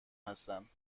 هستند